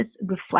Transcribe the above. reflect